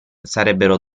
sarebbero